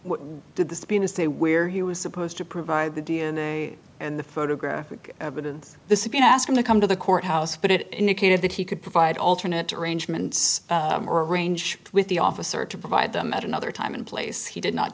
what did the subpoena say where he was supposed to provide the d n a and the photographic evidence the subpoena ask him to come to the court house but it indicated that he could provide alternate arrangements arranged with the officer to provide them at another time and place he did not